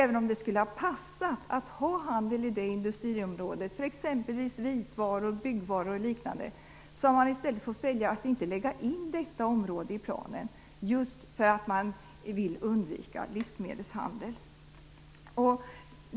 Vad som har hänt under åren efter 1992 är att dessa kommuner har fått välja att i planen för ett industriområde inte lägga in handel, även om det skulle ha passat att ha handel där för exempelvis vitvaror, byggvaror och liknande, just därför att man vill undvika livsmedelshandel.